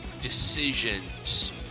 decisions